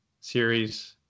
series